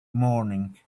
morning